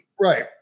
Right